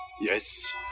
Yes